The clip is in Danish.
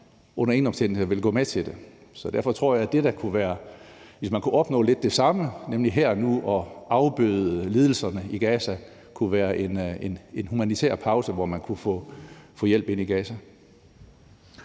under ingen omstændigheder vil gå med til det. Så derfor tror jeg, at det, der kunne opnå lidt det samme her og nu i forhold til at afbøde lidelserne i Gaza, kunne være en humanitær pause, hvor man kunne få hjælp ind i Gaza.